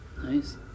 Nice